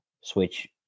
switch